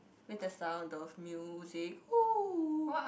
with the sound of music